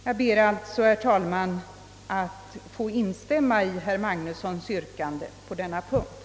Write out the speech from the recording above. Jag ber, herr talman, att på denna punkt få instämma i herr Magnussons i Borås yrkande.